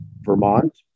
Vermont